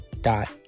dot